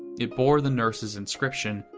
it bore the nurse's inscription,